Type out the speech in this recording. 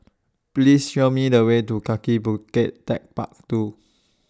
Please Show Me The Way to Kaki Bukit Techpark two